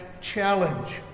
challenge